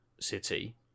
city